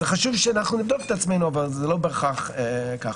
זה חשוב שנבדוק את עצמנו, אבל זה לא בהכרח ככה.